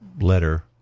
letter